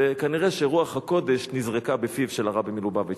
וכנראה שרוח הקודש נזרקה בפיו של הרבי מלובביץ'.